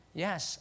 yes